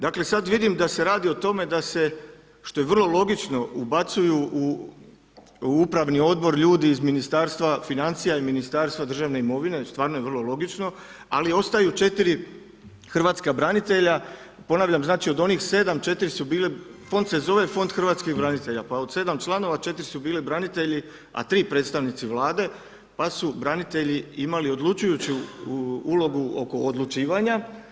Dakle sada vidim da se radi o tome da se što je vrlo logično ubacuju u upravni odbor ljudi iz Ministarstva financija i Ministarstva državne imovine, stvarno je vrlo logično ali ostaju četiri hrvatska branitelja, ponavljam znači od onih 7 4 su bile, Fond se zove fond Hrvatskih branitelja pa od 7 članova 4 su bili branitelji a 3 predstavnici Vlade pa su branitelji imali odlučujuću ulogu oko odlučivanja.